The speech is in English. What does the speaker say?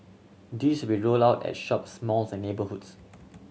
these be rolled out at shops malls and neighbourhoods